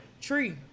tree